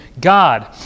God